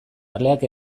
erleak